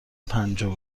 پنجاه